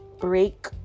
break